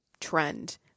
trend